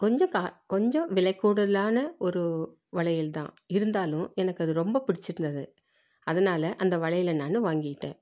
கொஞ்சம் கா கொஞ்சம் விலை கூடுதலான ஒரு வளையல் தான் இருந்தாலும் எனக்கு அது ரொம்ப பிடிச்சுருந்தது அதனால அந்த வளையலை நான் வாங்கிக்கிட்டேன்